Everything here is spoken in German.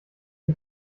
die